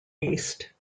east